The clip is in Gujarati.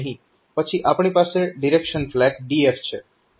પછી આપણી પાસે ડીરેક્શન ફ્લેગ DF છે